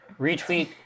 Retweet